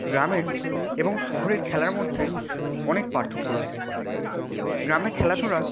গ্রামের এবং শহরের খেলার মধ্যে অনেক পার্থক্য রয়েছে গ্রামে খেলাধুলা